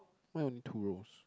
mine only two rows